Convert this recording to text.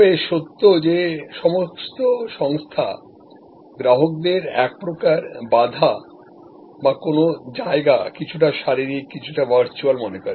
তবে এটা সত্যি যে সমস্ত সংস্থা গ্রাহকদের একপ্রকার বাধা বা কোনওজায়গা কিছুটা শারীরিক কিছুটা ভার্চুয়াল মনে করে